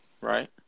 Right